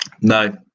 no